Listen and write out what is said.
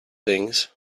things